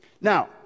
now